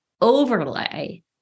overlay